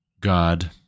God